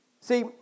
See